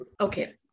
Okay